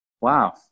Wow